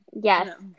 Yes